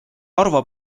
arvo